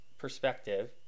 perspective